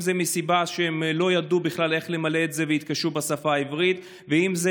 אם זה מסיבה שהם לא ידעו בכלל איך למלא את זה והתקשו בשפה העברית ואם זה